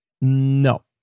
no